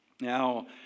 Now